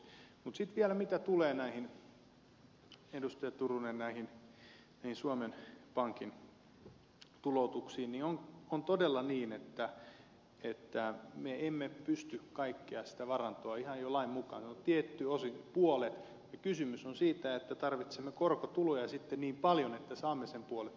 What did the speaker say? mutta sitten vielä mitä tulee edustaja turunen suomen pankin tuloutuksiin niin on todella niin että me emme pysty kaikkea sitä varantoa tulouttamaan ihan jo lain mukaan vain tietyn osan puolet ja kysymys on siitä että tarvitsemme korkotuloja sitten niin paljon että saamme ne puolet tuloutettua